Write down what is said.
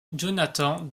jonathan